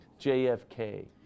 JFK